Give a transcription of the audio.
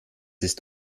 ist